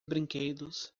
brinquedos